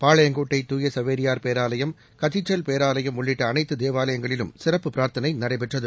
பாளையங்கோட்டை தூய சவேரியார் பேரலாயம் கதீட்ரல் பேராலயம் உள்ளிட்ட அனைத்து தேவாலயங்களிலும் சிறப்பு பிராா்த்தனை நடைபெற்றது